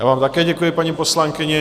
Já vám také děkuji, paní poslankyně.